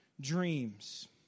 dreams